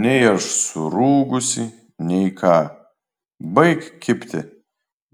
nei aš surūgusi nei ką baik kibti